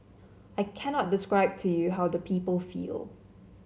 I cannot describe to you how the people feel